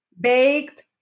baked